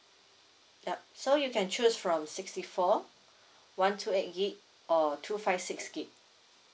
yup so you can choose from sixty four one two eight gig or two five six gig